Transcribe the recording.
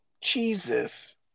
Jesus